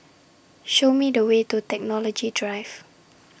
Show Me The Way to Technology Drive